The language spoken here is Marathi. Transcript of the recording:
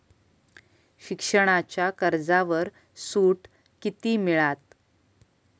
शिक्षणाच्या कर्जावर सूट किती मिळात?